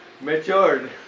matured